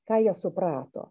ką jie suprato